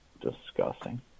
disgusting